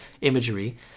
imagery